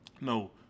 No